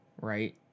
right